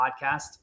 podcast